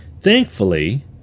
Thankfully